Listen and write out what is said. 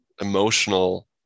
emotional